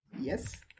yes